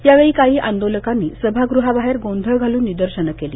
यावेळी काही आंदोलकांनी सभागृहाबाहेर गोंधळ घालून निदर्शनं केली